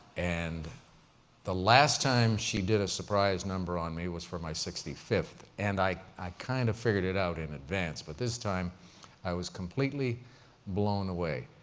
and the last time she did a surprise number on me was for my sixty fifth and i i kind of figured it out in advance, but this time i was completely blown away.